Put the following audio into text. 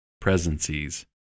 presences